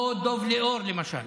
או דב ליאור, למשל,